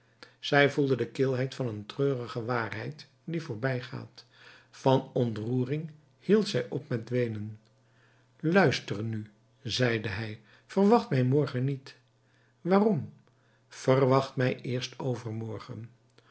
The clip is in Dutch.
zij gevoelde de kilheid van een treurige waarheid die voorbijgaat van ontroering hield zij op met weenen luister nu zeide hij verwacht mij morgen niet waarom verwacht mij eerst overmorgen